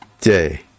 day